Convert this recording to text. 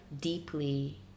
deeply